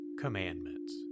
commandments